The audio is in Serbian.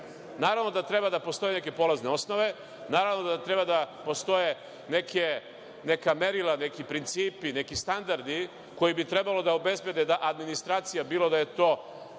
da treba da postoje neke polazne osnove, naravno da treba da postoje neka merila, neki principi, neki standardi koji bi trebalo da obezbede da administracija, bilo da je to